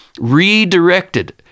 redirected